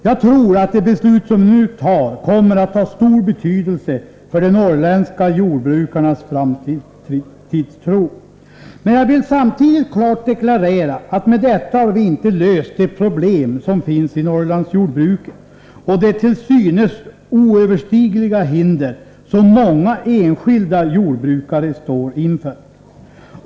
Jag tror att det beslut som vi nu skall fatta kommer att ha stor betydelse för de norrländska jordbrukarnas framtidstro. Men jag vill samtidigt klart deklarera att vi med detta beslut inte har löst de problem som finns i Norrlandsjordbruket, med de till synes oöverstigliga hinder som många enskilda jordbrukare står inför.